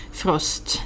frost